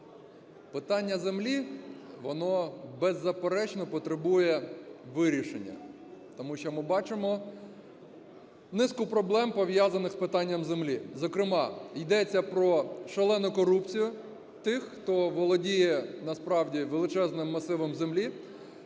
Питання землі, воно, беззаперечно, потребує вирішення. Тому що ми бачимо низку проблем, пов'язаних з питанням землі, зокрема, ідеться про шалену корупцію тих, хто володіє насправді величезним масивом землі,